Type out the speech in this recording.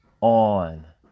on